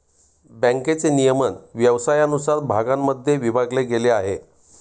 बँकेचे नियमन व्यवसायानुसार भागांमध्ये विभागले गेले आहे